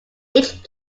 each